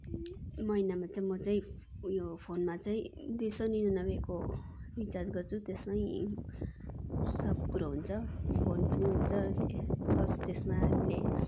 महिनामा चाहिँ म चाहिँ उयो फोनमा चाहिँ दुई सय उनानब्बेको रिचार्ज गर्छु त्यसमै सब कुरो हुन्छ फोन पनि हुन्छ प्लस त्यसमा हामीले